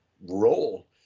role